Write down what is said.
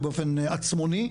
או באופן עצמוני,